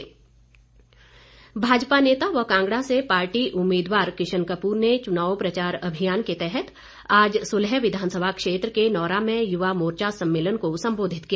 किशन कपूर भाजपा नेता व कांगड़ा से पार्टी उम्मीदवार किशन कपूर ने चुनाव प्रचार अभियान के तहत आज सुलह विधानसभा क्षेत्र के नौरा में युवा मोर्चा सम्मेलन को संबोधित किया